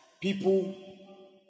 people